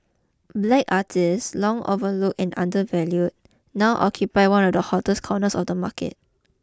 black artists long overlooked and undervalued now occupy one of the hottest corners of the market